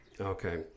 okay